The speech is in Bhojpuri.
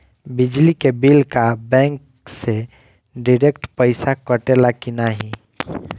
बिजली के बिल का बैंक से डिरेक्ट पइसा कटेला की नाहीं?